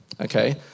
okay